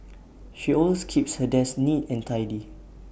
she always keeps her desk neat and tidy